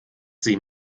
sie